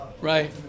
Right